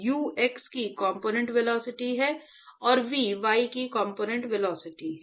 u x की component velocity है और v y की कॉम्पोनेन्ट वेलोसिटी है